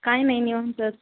काय नाही नेहमीचंच